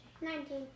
Nineteen